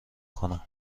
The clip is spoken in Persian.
کنم